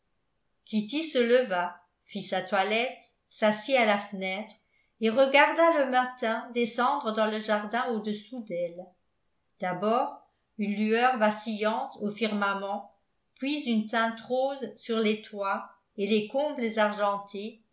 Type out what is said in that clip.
kitty se leva fit sa toilette s'assit à la fenêtre et regarda le matin descendre dans le jardin au-dessous d'elle d'abord une lueur vacillante au firmament puis une teinte rose sur les toits et les combles argentés